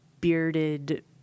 bearded